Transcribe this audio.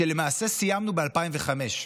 שלמעשה סיימנו ב-2005,